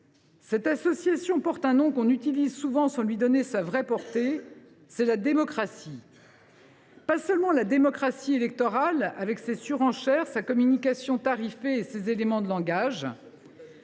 Cette association porte un nom que l’on utilise souvent, sans lui donner sa vraie portée : c’est la démocratie. Et pas seulement la démocratie électorale avec ses surenchères, sa communication tarifée et ses éléments de langage.